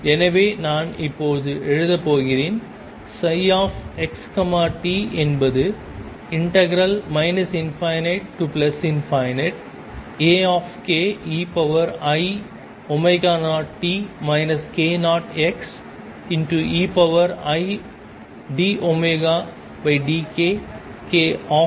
எனவே நான் இப்போது எழுதப் போகிறேன் xt என்பது ∞Akei0t k0xeidωdkk0k kxdk க்கு சமம்